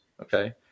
okay